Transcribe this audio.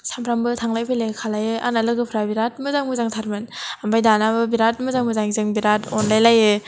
सानफ्रोमबो थांलाय फैलाय खालामो आंना लोगोफोरा बिराद मोजां मोजांथारमोन ओमफ्राय दानाबो बिराद मोजां जों बिराद अनलायलायो